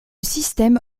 système